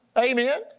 amen